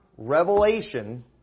Revelation